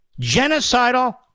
genocidal